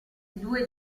due